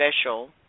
special